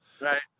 Right